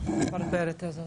הברברת הזאת.